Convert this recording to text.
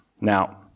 Now